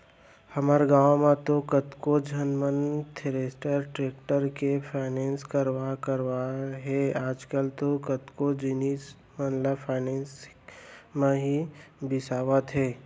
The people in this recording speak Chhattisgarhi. हमर गॉंव म तो कतको झन मन थेरेसर, टेक्टर के फायनेंस करवाय करवाय हे आजकल तो कतको जिनिस मन ल फायनेंस म ही बिसावत हें